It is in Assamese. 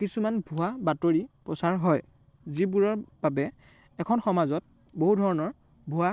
কিছুমান ভুৱা বাতৰি প্ৰচাৰ হয় যিবোৰৰ বাবে এখন সমাজত বহু ধৰণৰ ভুৱা